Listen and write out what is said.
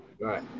Right